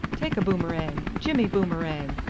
take a boomerang. jimmy boomerang.